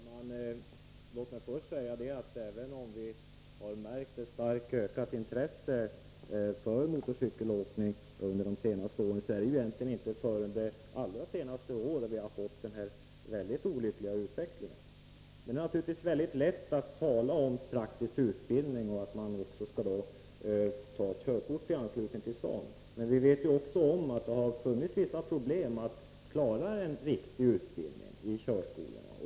Herr talman! Även om vi under de senaste åren har märkt ett starkt ökat intresse för motorcykelåkning, är det egentligen inte förrän under det allra senaste året som vi har fått denna mycket beklagliga olycksutveckling. Det är naturligtvis mycket lätt att tala om praktisk utbildning och att man skall ta körkort i anslutning till en sådan, men vi vet att det har funnits vissa problem med att klara av en riktig utbildning i körskolorna.